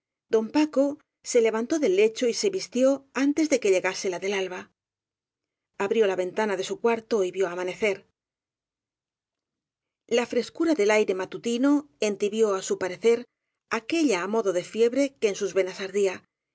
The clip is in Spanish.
don paco se levantó del lecho y se vistió antes de que llegase la del alba abrió la ventana de su cuarto y vió amanecer la frescura del aire matutino entibió á su pare cer aquella á modo de fiebre que en sus venas ar